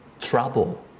trouble